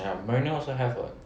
ya marrino also have [what]